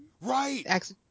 Right